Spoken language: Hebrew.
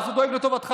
אני דואג לטובתך.